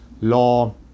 law